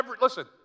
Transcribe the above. Listen